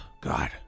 God